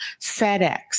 FedEx